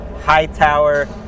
Hightower